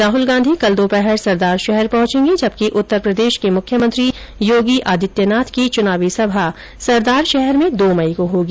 राहल गांधी कल दोपहर सरदारशहर पहुंचेंगे जबकि उत्तर प्रदेश के मुख्यमंत्री योगी आदित्यनाथ की चुनावी सभा सरदारशहर में दो मई को होगी